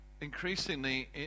increasingly